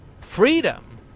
freedom